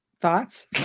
thoughts